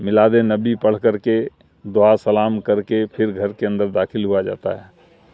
میلا د نبی پڑھ کر کے دعا سلام کر کے پھر گھر کے اندر داخل ہوا جاتا ہے